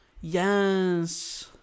Yes